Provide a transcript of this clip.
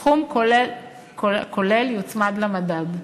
הסכום הכולל יוצמד למדד.